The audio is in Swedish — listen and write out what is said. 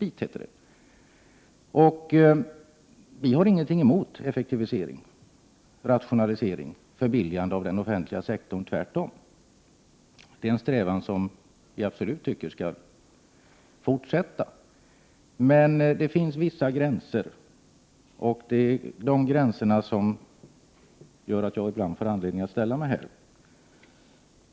Vi reservanter har ingenting emot effektivisering, rationalisering och förbilligande av den offentliga sektorn — tvärtom. Vi anser absolut att denna strävan skall fortsätta. Men det finns vissa gränser, och det är detta som gör att jag ibland får anledning att ställa mig här i talarstolen.